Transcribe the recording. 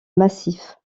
massif